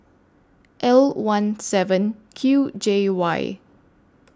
L one seven Q J Y